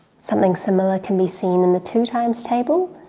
something similar can be seen in the two times table.